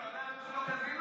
אלה יודע למה זה לא קזינו?